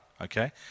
Okay